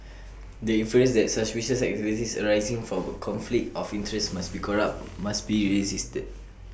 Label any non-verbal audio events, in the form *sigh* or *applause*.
*noise* the inference that suspicious activities arising from A conflict of interest must be corrupt must be resisted